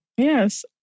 Yes